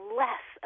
less